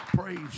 Praise